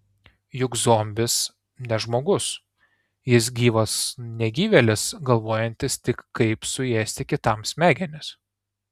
juk zombis ne žmogus jis gyvas negyvėlis galvojantis tik kaip suėsti kitam smegenis